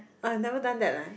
I've never done that leh